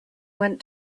went